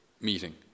meeting